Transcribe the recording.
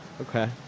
Okay